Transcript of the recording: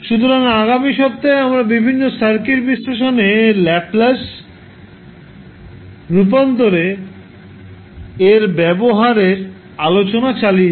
সুতরাং আগামী সপ্তাহে আমরা বিভিন্ন সার্কিট বিশ্লেষণে ল্যাপ্লাস রূপান্তর এ এর ব্যবহার এর আলোচনা চালিয়ে যাব